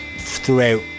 Throughout